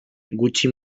gutxi